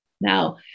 Now